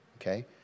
okay